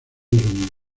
unidos